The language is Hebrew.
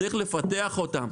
צריך לפתח אותם